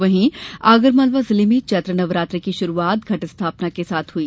वहीं आगरमालवा जिले में चैत्र नवरात्र की शुरूआत घट स्थापना के साथ हुई